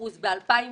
אל תכניסי פוליטיקה.